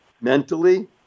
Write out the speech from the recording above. mentally